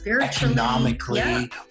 economically